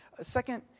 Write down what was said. Second